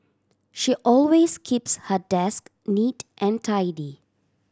she always keeps her desk neat and tidy